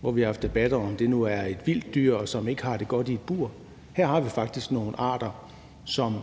hvor vi har haft debatter om, om det nu er et vildt dyr, som ikke har det godt i et bur. Her har vi faktisk nogle arter, som